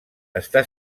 està